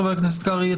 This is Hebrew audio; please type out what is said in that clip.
חבר הכנסת קרעי,